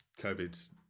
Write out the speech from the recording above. COVID